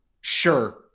sure